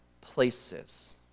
places